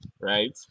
right